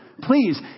Please